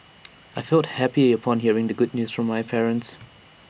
I felt happy upon hearing the good news from my parents